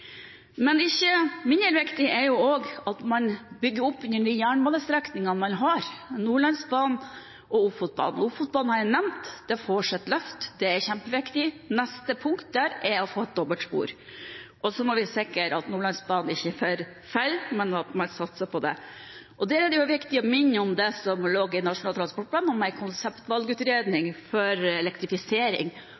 Men ikke mindre viktig er det at man bygger opp under de jernbanestrekningene man har: Nordlandsbanen og Ofotbanen. Ofotbanen har jeg nevnt. Den får et løft. Det er kjempeviktig. Neste punkt der er å få et dobbeltspor. Så må vi sikre at Nordlandsbanen ikke forfaller, men at man satser på den. Det er viktig å minne om det som lå i Nasjonal transportplan, en konseptvalgutredning av elektrifisering av de lange godsbanene. Det har vi forventninger om